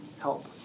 help